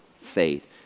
faith